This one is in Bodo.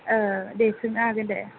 दे सोंनो हागोन दे